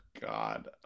god